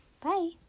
bye